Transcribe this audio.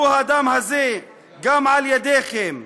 הדם הזה גם על ידיכם,